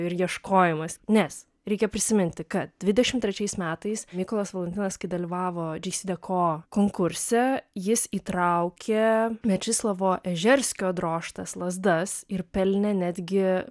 ir ieškojimas nes reikia prisiminti kad dvidešimt trečiais metais mykolas valantinas kai dalyvavo džeisydeko konkurse jis įtraukė mečislovo ežerskio drožtas lazdas ir pelnė netgi